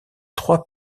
trois